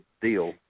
deal